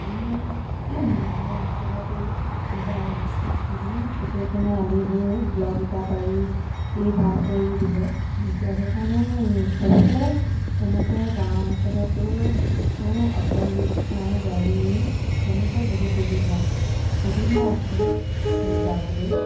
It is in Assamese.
আমাৰ গাঁৱৰ অঞ্চলতো বা যিমান চুকে কোণে আলিবোৰ ব্লক ইটা পাৰি এই ভাল কৰি দিলে এতিয়া সেইকাৰণে চবতে তেনেকৈ গাঁৱৰ অঞ্চলতো অ'টোৰিক্সা গাড়ী তেনেকৈ বহুত সুবিধা সুবিধা আছে যাবলৈ